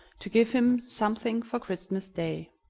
to give him something for christmas day.